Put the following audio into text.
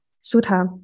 Sudha